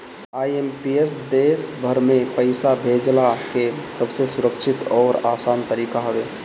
IMPS देस भर में पईसा भेजला के सबसे सुरक्षित अउरी आसान तरीका हवे